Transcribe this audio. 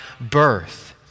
birth